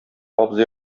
абзый